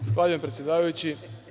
Zahvaljujem, predsedavajući.